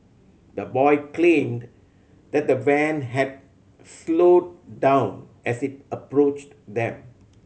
the boy claimed that the van had slowed down as it approached them